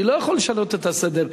אני לא יכול לשנות את הסדר.